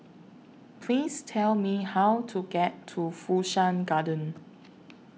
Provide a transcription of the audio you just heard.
Please Tell Me How to get to Fu Shan Garden